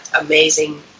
amazing